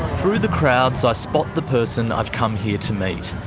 through the crowds i spot the person i've come here to meet,